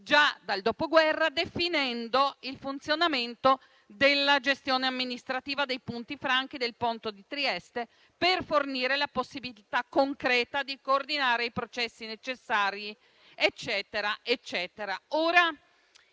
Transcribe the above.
già dal Dopoguerra, definendo il funzionamento della gestione amministrativa dei punti franchi del porto di Trieste per fornire la possibilità concreta di coordinare i processi necessari. Questo